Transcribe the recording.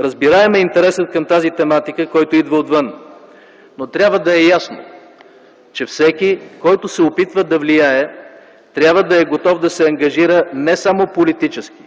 Разбираем е интересът към тази тематика, който идва отвън. Но трябва да е ясно, че всеки който се опитва да влияе, трябва да е готов да се ангажира не само политически,